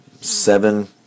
seven